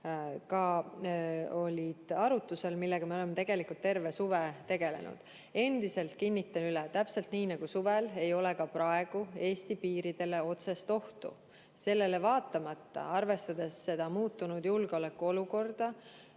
olid arutusel ja millega me oleme tegelikult terve suve tegelenud. Endiselt kinnitan üle: täpselt nii nagu suvel ei ole ka praegu Eesti piiridele otsest ohtu. Sellele vaatamata, arvestades muutunud julgeolekuolukorda,